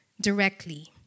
directly